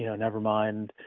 you know never mind,